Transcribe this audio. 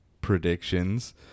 predictions